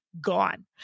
gone